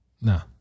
No